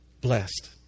blessed